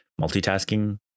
multitasking